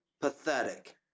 pathetic